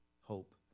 hope